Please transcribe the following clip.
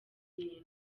irindwi